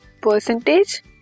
Percentage